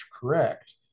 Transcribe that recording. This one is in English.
correct